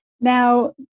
Now